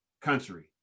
country